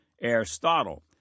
Aristotle